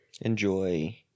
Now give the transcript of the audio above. enjoy